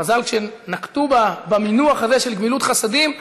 חז"ל, כשנקטו את המינוח הזה, של "גמילות חסדים",